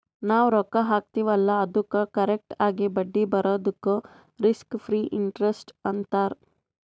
ನಾವ್ ರೊಕ್ಕಾ ಹಾಕ್ತಿವ್ ಅಲ್ಲಾ ಅದ್ದುಕ್ ಕರೆಕ್ಟ್ ಆಗಿ ಬಡ್ಡಿ ಬರದುಕ್ ರಿಸ್ಕ್ ಫ್ರೀ ಇಂಟರೆಸ್ಟ್ ಅಂತಾರ್